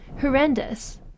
Horrendous